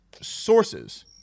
sources